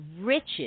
riches